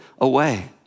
away